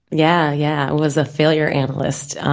yeah, yeah. it was a failure analyst.